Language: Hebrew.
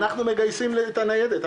אנחנו מגייסים את הניידת,